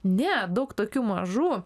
ne daug tokių mažų